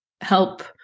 help